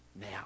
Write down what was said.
now